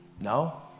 No